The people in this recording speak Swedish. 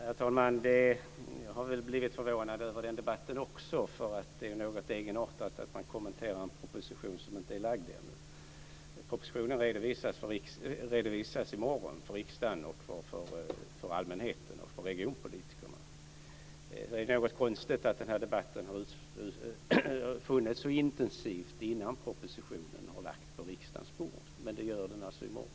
Herr talman! Jag har väl också blivit förvånad över den debatten. Det är något egenartat att man kommenterar en proposition som inte har lagts fram än. Propositionen redovisas i morgon för riksdagen, för allmänheten och för regionpolitikerna. Det är något konstigt att den här debatten har förts så intensivt innan propositionen har lagts fram på riksdagens bord. Men det sker alltså i morgon.